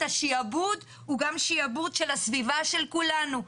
השעבוד הוא גם שעבוד של הסביבה של כולנו,